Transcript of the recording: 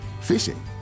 fishing